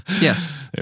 Yes